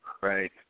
Right